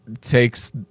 takes